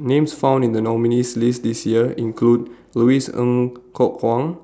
Names found in The nominees' list This Year include Louis Ng Kok Kwang